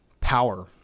power